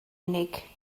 unig